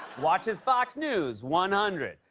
watches fox news, one ah hundred.